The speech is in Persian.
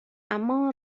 اما